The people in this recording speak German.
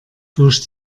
durch